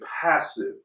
passive